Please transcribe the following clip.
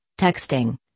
texting